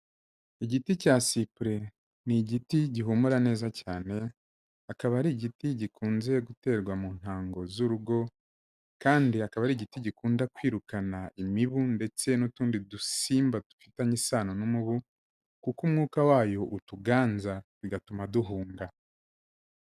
Igiti cya Sipure, ni igiti gihumura neza cyane, akaba ari igiti gikunze guterwa mu ntango z'urugo, kandi akaba ari igiti gikunda kwirukana imibu ndetse n'utundi dusimba dufitanye isano n'umubu, kuko umwuka wayo utuganza bigatuma duhunga.